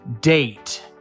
date